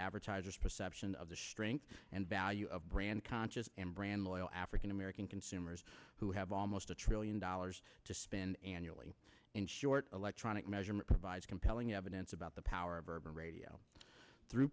advertisers perception of the strength and value of brand conscious and brand loyal african american consumers who have almost a trillion dollars to spend annually in short electronic measurement provides compelling evidence about the power of urban radio through